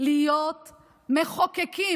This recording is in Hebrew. להיות מחוקקים.